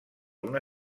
una